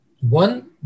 One